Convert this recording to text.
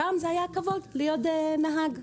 פעם זה היה כבוד להיות נהג אוטובוס,